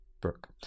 Brooke